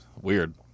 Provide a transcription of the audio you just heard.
weird